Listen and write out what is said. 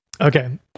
okay